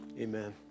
Amen